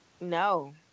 no